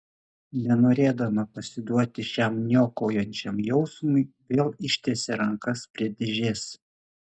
nenorėdama pasiduoti šiam niokojančiam jausmui vėl ištiesė rankas prie dėžės